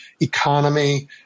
economy